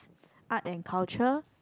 art and culture